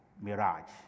mirage